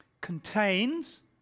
contains